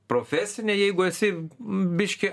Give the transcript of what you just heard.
profesinė jeigu esi biškį